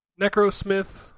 Necrosmith